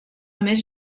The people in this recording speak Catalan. més